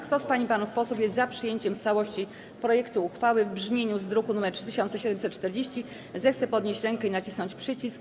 Kto z pań i panów posłów jest za przyjęciem w całości projektu uchwały w brzmieniu z druku nr 3740, zechce podnieść rękę i nacisnąć przycisk.